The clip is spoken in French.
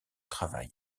travail